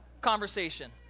conversation